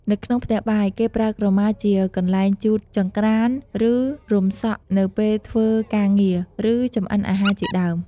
នៅក្នុងផ្ទះបាយ គេប្រើក្រមាជា កន្លែងជូតចង្រ្កាន ឬ រំសក់នៅពេលធ្វើការងារ ឬ ចម្អិនអាហារជាដើម។